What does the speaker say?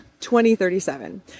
2037